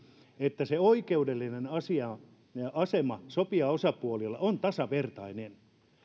että se oikeudellinen asema sopijaosapuolilla on tasavertainen